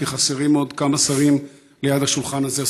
כי חסרים עוד כמה שרים ליד השולחן הזה.